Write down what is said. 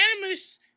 Animus